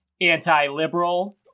anti-liberal